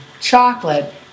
chocolate